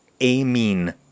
amine